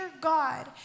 God